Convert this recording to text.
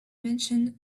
mentioned